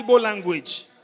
language